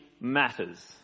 matters